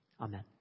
Amen